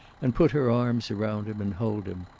and put her arms around him and hold him.